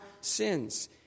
sins